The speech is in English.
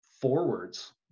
forwards